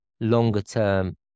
longer-term